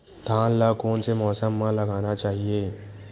धान ल कोन से मौसम म लगाना चहिए?